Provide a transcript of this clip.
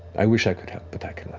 i wish i could help, but i cannot.